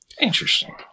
Interesting